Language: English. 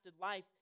life